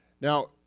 now